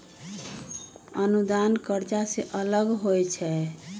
अनुदान कर्जा से अलग होइ छै